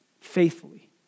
faithfully